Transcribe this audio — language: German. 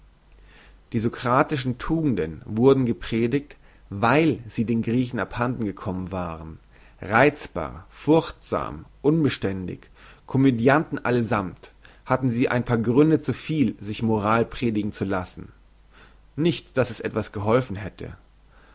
die sokratischen tugenden wurden gepredigt weil sie den griechen abhanden gekommen waren reizbar furchtsam unbeständig komödianten allesammt hatten sie ein paar gründe zu viel sich moral predigen zu lassen nicht dass es etwas geholfen hätte